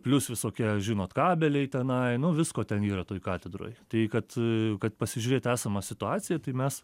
plius visokie žinot kabeliai tenai nu visko ten yra toj katedroj tai kad kad pasižiūrėti esamą situaciją tai mes